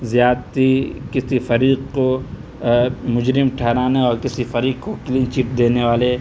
زیادتی کسی فریق کو مجرم ٹھہرانا اور کسی فریق کو کلین چٹ دینے والے